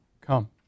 come